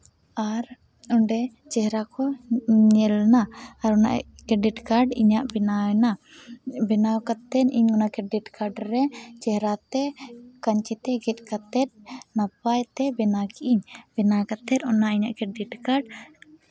ᱟᱨ ᱚᱸᱰᱮ ᱪᱮᱦᱨᱟ ᱠᱚ ᱧᱮᱞᱱᱟ ᱟᱨ ᱚᱱᱟ ᱤᱧᱟᱹᱜ ᱠᱨᱮᱰᱤᱴ ᱠᱟᱨᱰ ᱤᱧᱟᱹᱜ ᱵᱮᱱᱟᱣ ᱮᱱᱟ ᱵᱮᱱᱟᱣ ᱠᱟᱛᱮᱫ ᱤᱧ ᱚᱱᱟ ᱠᱨᱮᱰᱤᱴ ᱠᱟᱨᱰ ᱨᱮ ᱪᱮᱦᱨᱟᱛᱮ ᱠᱟᱢᱪᱤᱛᱮ ᱜᱮᱫ ᱠᱟᱛᱮᱫ ᱱᱟᱯᱟᱭᱛᱮ ᱵᱮᱱᱟᱣ ᱠᱮᱫᱟᱹᱧ ᱵᱮᱱᱟᱣ ᱠᱟᱛᱮᱫ ᱚᱱᱟ ᱤᱧᱟᱹᱜ ᱠᱨᱮᱰᱤᱴ ᱠᱟᱨᱰ